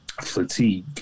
fatigue